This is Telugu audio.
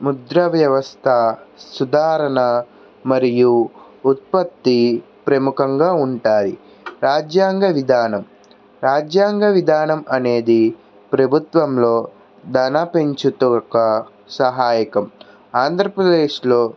ముద్ర వ్యవస్థ సుదారణ మరియు ఉత్పత్తి ప్రముఖంగా ఉంటాయి రాజ్యాంగ విధానం రాజ్యాంగ విధానం అనేది ప్రభుత్వంలో ధన పెంచుతూ ఒక సహాయకం ఆంధ్రప్రదేశ్లో